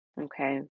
Okay